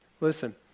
Listen